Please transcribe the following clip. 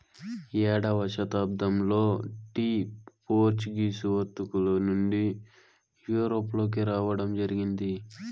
ఏడవ శతాబ్దంలో tea Portuguese వర్తకుల నుండి యూరప్ లోకి రావడం జరిగింది